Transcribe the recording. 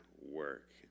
work